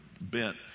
bent